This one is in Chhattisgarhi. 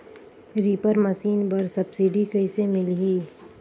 रीपर मशीन बर सब्सिडी कइसे मिलही?